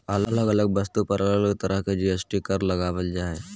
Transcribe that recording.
अलग अलग वस्तु पर अलग अलग तरह के जी.एस.टी कर लगावल जा हय